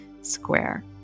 square